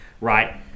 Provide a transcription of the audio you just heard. Right